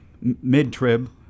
mid-trib